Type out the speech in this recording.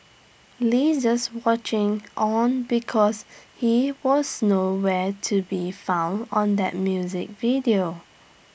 lee just watching on because he was no where to be found on that music video